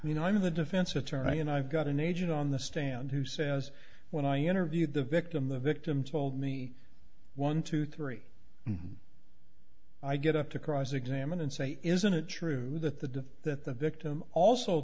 of the defense attorney and i've got an agent on the stand who says when i interviewed the victim the victim told me one two three and i get up to cross examine and say isn't it true that the that the victim also